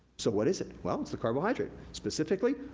so what is it? well, it's the carbohydrate. specifically,